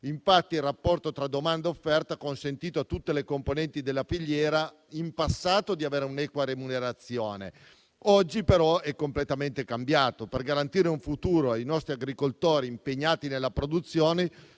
Infatti il rapporto tra domanda e offerta ha consentito a tutte le componenti della filiera, in passato, di avere un'equa remunerazione. Oggi però il panorama è completamente cambiato. Per garantire un futuro ai nostri agricoltori impegnati nella produzione